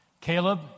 Caleb